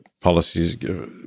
policies